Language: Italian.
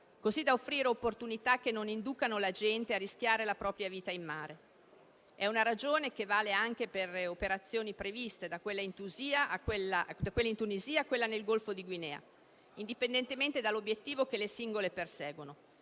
così da offrire opportunità che non inducano la gente a rischiare la propria vita in mare. È una ragione che vale anche per le operazioni previste, da quella in Tunisia a quella nel Golfo di Guinea, indipendentemente dall'obiettivo che le singole perseguono,